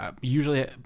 usually